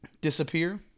Disappear